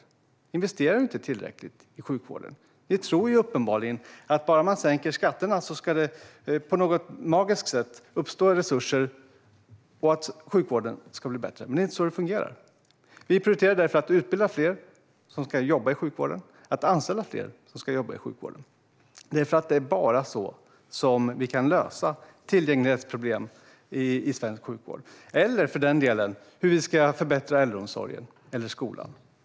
Ni investerar inte tillräckligt i sjukvården. Ni tror uppenbarligen att om man bara sänker skatterna ska det på något magiskt sätt uppstå resurser och sjukvården ska bli bättre. Men det är inte så det fungerar. Vi prioriterar därför att det ska utbildas fler som ska jobba i sjukvården och att det ska anställas fler som ska jobba i sjukvården. Det är bara så vi kan lösa tillgänglighetsproblemen i svensk sjukvård, eller för den delen förbättra äldreomsorgen och skolan.